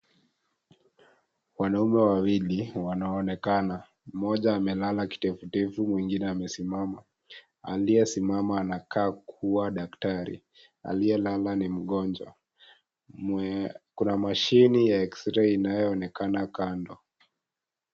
Wanaume wawili wanaonekana, moja amelala kidevudevu na mwingine amesimama. Aliyesimama anaonekana kama daktari, aliyelala ni mgonjwa. Kuna mashini ya x-ray inayoonekana kando.